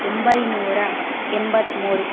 ಒಂಬೈನೂರ ಎಂಬತ್ತ್ಮೂರು